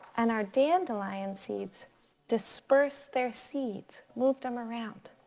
and our dandelion seeds disperse their seeds. moved them around.